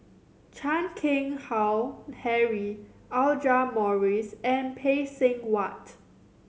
Chan Keng Howe Harry Audra Morrice and Phay Seng Whatt